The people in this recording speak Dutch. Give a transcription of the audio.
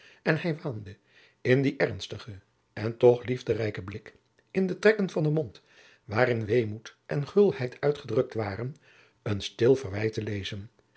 en hij waande in dien ernstigen en toch liefderijken blik in de trekken van den mond waarin weemoed en gulheid uitgedrukt waren een stil verwijt te lezen